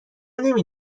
نمی